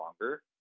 longer